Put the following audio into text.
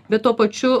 bet tuo pačiu